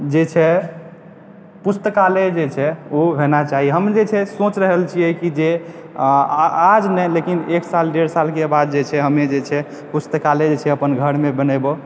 जे छै पुस्तकालय जे छै ओ होना चाही हम जे छै सोचि रहल छियै कि जे आज नहि लेकिन एक साल डेढ़ सालके बाद जे छै हमे जे छै पुस्तकालय जे छै अपन घरमे बनेबय